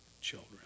children